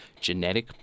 genetic